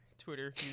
Twitter